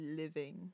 living